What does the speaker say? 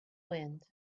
wind